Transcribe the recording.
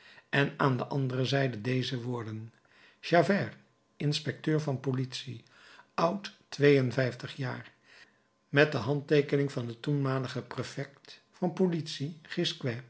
en aan de andere zijde deze woorden javert inspecteur van politie oud twee en vijftig jaar met de handteekening van den toenmaligen prefect van politie